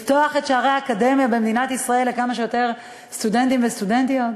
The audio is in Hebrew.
לפתוח את שערי האקדמיה במדינת ישראל לכמה שיותר סטודנטים וסטודנטיות.